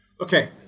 okay